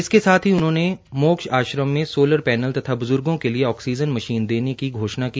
इसके साथ ही उन्होंने मोक्ष आश्रम में सोलर पैनल तथा बुजुर्गों के लिए ऑकसीजन मषीन देने की घोषणा की